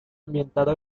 ambientado